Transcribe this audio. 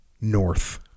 north